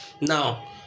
now